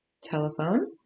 telephone